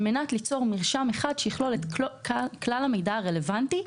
על מנת ליצור מרשם אחד שיכלול את כלל המידע הרלוונטי.